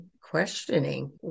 questioning